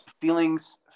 feelings